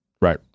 right